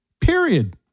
period